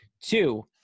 Two